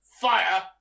fire